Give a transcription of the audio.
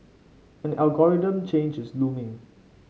an algorithm change is looming